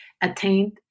attained